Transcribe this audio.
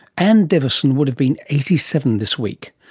anne deveson would have been eighty seven this week.